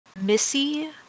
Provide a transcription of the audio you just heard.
Missy